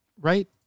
Right